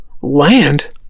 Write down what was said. Land